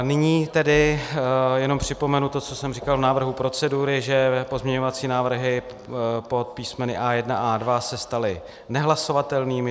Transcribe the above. Nyní tedy jenom připomenu to, co jsem říkal v návrhu procedury, že pozměňovací návrhy pod písmeny A1 a A2 se staly nehlasovatelnými.